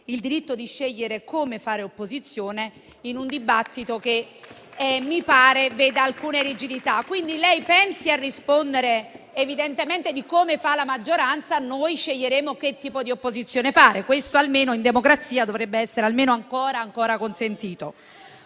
il diritto di scegliere come fare opposizione in un dibattito che mi pare veda alcune rigidità. Pensi quindi a rispondere evidentemente di come fa la maggioranza, noi sceglieremo che tipo di opposizione fare. Almeno questo in democrazia dovrebbe essere ancora consentito.